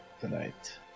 tonight